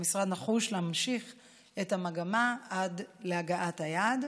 והמשרד נחוש להמשיך את המגמה עד להגעה ליעד.